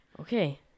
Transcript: Okay